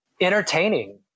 entertaining